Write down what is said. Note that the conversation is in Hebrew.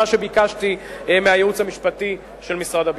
מה שביקשתי מהייעוץ המשפטי של משרד הביטחון.